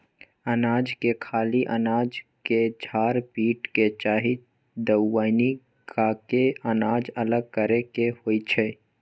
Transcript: अनाज के खाली अनाज के झार पीट के चाहे दउनी क के अनाज अलग करे के होइ छइ